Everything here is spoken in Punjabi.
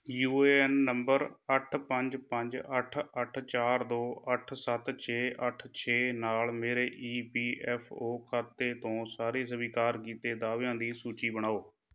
ਯੂ ਏ ਐੱਨ ਨੰਬਰ ਅੱਠ ਪੰਜ ਪੰਜ ਅੱਠ ਅੱਠ ਚਾਰ ਦੋ ਅੱਠ ਸੱਤ ਛੇ ਅੱਠ ਛੇ ਨਾਲ ਮੇਰੇ ਈ ਪੀ ਐੱਫ ਓ ਖਾਤੇ ਤੋਂ ਸਾਰੇ ਸਵੀਕਾਰ ਕੀਤੇ ਦਾਅਵਿਆਂ ਦੀ ਸੂਚੀ ਬਣਾਓ